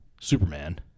Superman